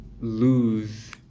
lose